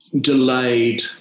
Delayed